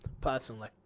personally